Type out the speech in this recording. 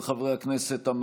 חברות וחברי הכנסת,